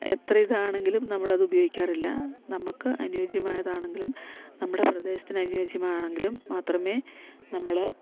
എത്ര ഇതാണെങ്കിലും നമ്മളത് ഉപയോഗിക്കാറില്ല നമുക്ക് അനുയോജ്യമായതാണെങ്കിലും നമ്മുടെ പ്രദേശത്തിന് അനുയോജ്യമാണെങ്കിലും മാത്രമേ നമ്മള്